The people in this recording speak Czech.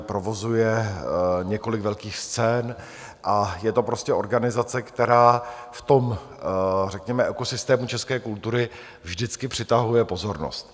Provozuje několik velkých scén a je to prostě organizace, která v tom řekněme ekosystému české kultury vždycky přitahuje pozornost.